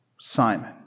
Simon